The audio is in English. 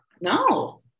No